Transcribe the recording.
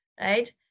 right